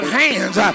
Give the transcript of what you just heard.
hands